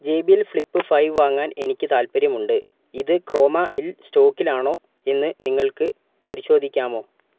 J B L flip five വാങ്ങാൻ എനിക്ക് താൽപ്പര്യമുണ്ട് ഇത് ക്രോമയിൽ സ്റ്റോക്കിലാണോ എന്ന് നിങ്ങൾക്ക് പരിശോധിക്കാമോ